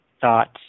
thoughts